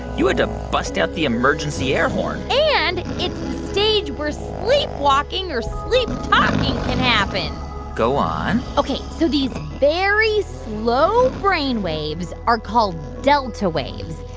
you had to bust out the emergency air horn and it's the stage where sleep walking or sleep talking can happen go on ok. so these very slow brainwaves are called delta waves.